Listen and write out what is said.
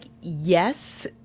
yes